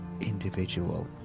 individual